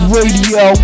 Radio